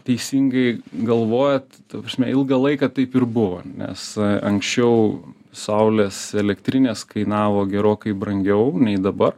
teisingai galvojat ta prasme ilgą laiką taip ir buvo nes anksčiau saulės elektrinės kainavo gerokai brangiau nei dabar